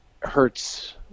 hurts